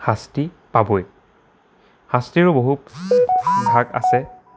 শাস্তি পাবই শস্তিৰো বহু ভাগ আছে